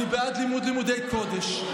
אני בעד לימוד לימודי קודש.